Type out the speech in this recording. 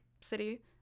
city